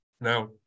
Now